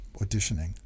auditioning